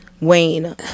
wayne